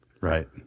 Right